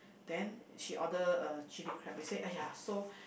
then she order a chili crab we said !aiya! so